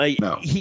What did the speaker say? No